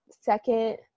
second